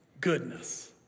Goodness